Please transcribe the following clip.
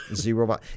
Zero